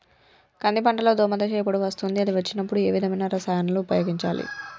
కంది పంటలో దోమ దశ ఎప్పుడు వస్తుంది అది వచ్చినప్పుడు ఏ విధమైన రసాయనాలు ఉపయోగించాలి?